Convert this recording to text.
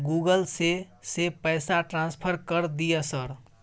Google से से पैसा ट्रांसफर कर दिय सर?